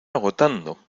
agotando